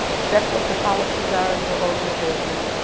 check what the policies are in your organization,